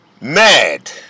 mad